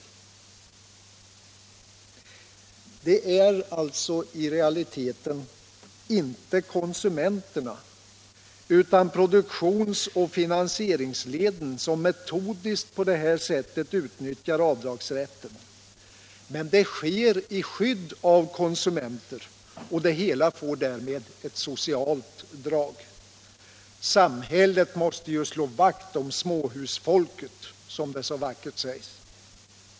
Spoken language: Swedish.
Det är alltså i realiteten inte konsumenterna utan produktionsoch finansieringsleden som på det här sättet metodiskt utnyttjar avdragsrätten, men det sker i skydd av konsumenter, och det hela får därmed ett socialt drag. Samhället måste ju slå vakt om småhusfolket, som det så vackert sägs.